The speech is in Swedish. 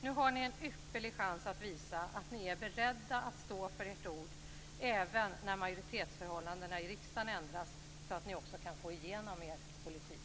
Nu har ni en ypperlig chans att visa att ni är beredda att stå för ert ord även när majoritetsförhållandena i riksdagen ändras så att ni också kan få igenom er politik!